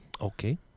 Okay